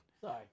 Sorry